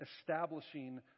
establishing